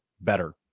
better